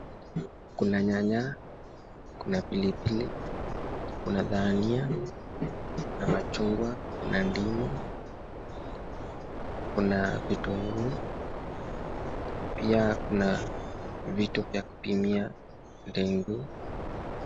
Kuna nyanya kuna pilipil, kuna dania na machungwa kuna ndimu kuma vitunguu pia Kuna vituvya kupimia ndenguu.